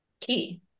key